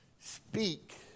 speak